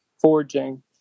forging